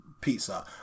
pizza